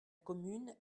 commune